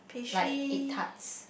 like egg tarts